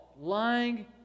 lying